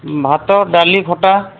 ଭାତ ଡାଲି ଖଟା